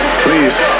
please